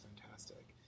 fantastic